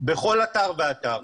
בכל אתר ואתר.